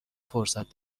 فرصت